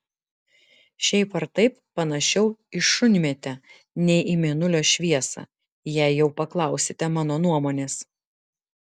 šiaip ar taip panašiau į šunmėtę nei į mėnulio šviesą jei jau paklausite mano nuomonės